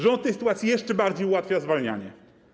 Rząd w tej sytuacji jeszcze bardziej ułatwia zwalnianie.